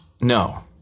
no